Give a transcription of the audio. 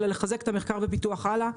אלא לחזק מחקר ופיתוח הלאה.